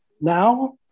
now